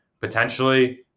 potentially